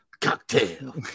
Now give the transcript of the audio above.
cocktail